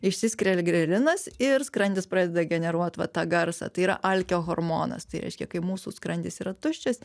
išsiskiria ir grelinas ir skrandis pradeda generuot va tą garsą tai yra alkio hormonas tai reiškia kai mūsų skrandis yra tuščias